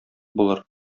булыр